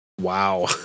Wow